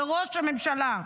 לראש הממשלה.